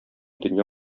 дөнья